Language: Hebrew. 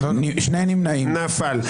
הצבעה לא אושרה נפל.